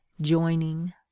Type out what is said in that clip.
joining